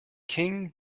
king